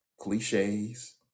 cliches